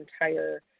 entire